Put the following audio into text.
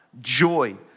joy